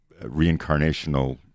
reincarnational